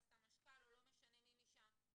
לסמשכ"ל או לא משנה מי משם,